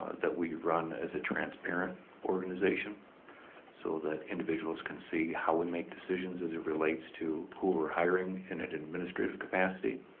that we run as a transparent organization so that individuals can see how we make decisions as it relates to who we're hiring in an administrative capacity.